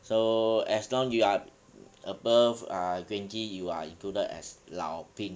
so as long as you are above err twenty you are included as 老兵